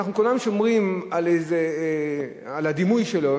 שאנחנו כולנו שומרים על הדימוי שלו,